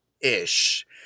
ish